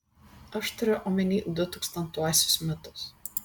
aš turiu omeny du tūkstantuosius metus